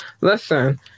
Listen